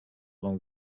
along